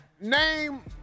name